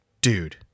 dude